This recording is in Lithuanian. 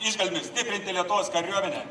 išgalėmis stiprinti lietuvos kariuomenę